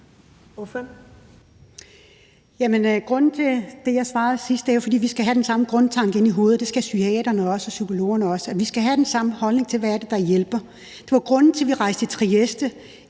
det, som jeg svarede sidst, er, at vi skal have den samme grundtanke inde i hovedet, og det skal psykiaterne og psykologerne også. Vi skal have den samme holdning til, hvad det er, der hjælper. Det var grunden til, at vi rejste til Trieste